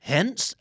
Hence